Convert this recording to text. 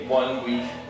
one-week